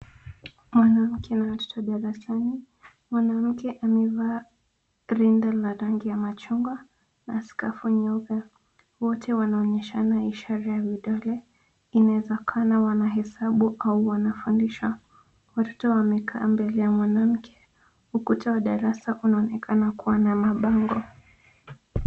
Mwanamke na watoto darasani, mwanamke amevaa rinda la rangi ya machungwa na skafu nyeupe. Wote wanaonyeshana ishara ya vidole inawezekana wanahesabu au wanafundisha. Watoto wamekaa mbele ya mwanamke. Ukuta wa darasa unaonekana kuwa na mabango.